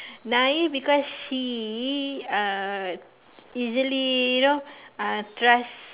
naive because she uh easily you know uh trust